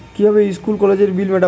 কিভাবে স্কুল কলেজের বিল মিটাব?